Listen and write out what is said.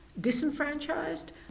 disenfranchised